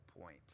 point